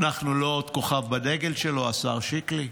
אנחנו לא עוד כוכב בדגל שלו, השר שיקלי,